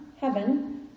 heaven